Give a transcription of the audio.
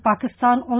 Pakistan